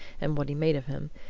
and what he made of him,